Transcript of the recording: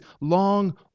long